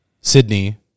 Sydney